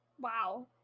Wow